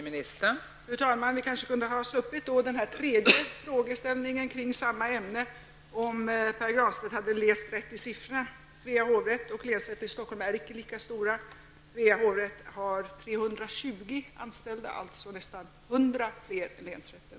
Fru talman! Vi kunde kanske ha sluppit den tredje frågan i samma ämne, om Pär Granstedt hade läst bättre i siffrorna. Svea hovrätt och länsrätten i Stockholm är icke lika stora. Svea hovrätt har 320 anställda, alltså nästan 100 fler än länsrätten.